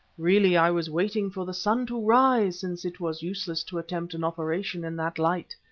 really i was waiting for the sun to rise, since it was useless to attempt an operation in that light.